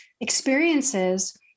experiences